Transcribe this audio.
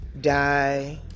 die